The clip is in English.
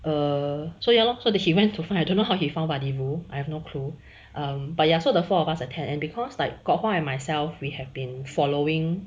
err so ya lor so that he went to find I don't know how he found vadi voo I have no clue um but ya so the four of us attend and because like kok hua and myself we have been following